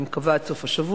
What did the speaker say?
אני מקווה עד סוף השבוע,